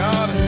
God